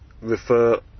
refer